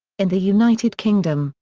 in the united kingdom,